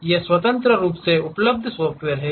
ये स्वतंत्र रूप से उपलब्ध सॉफ्टवेयर हैं